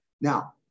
Now